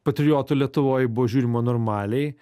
patriotų lietuvoj buvo žiūrima normaliai